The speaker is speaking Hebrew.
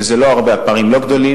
וזה לא הרבה, הפערים לא גדולים.